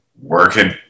Working